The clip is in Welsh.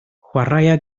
chwaraea